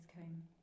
came